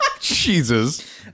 Jesus